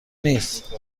نیست